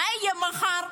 מה יהיה מחר?